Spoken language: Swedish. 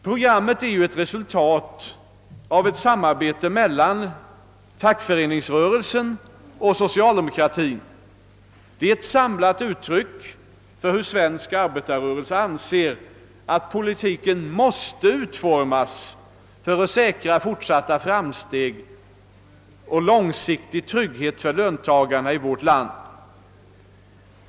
Programmet är resultatet av ett samarbete mellan fackföreningsrörelsen och socialdemokratin. Det är ett samlat uttryck för hur svensk arbetarrörelse anser att politiken måste utformas för att säkra fortsatta framsteg och långsiktig trygghet för löntagarna i vårt land.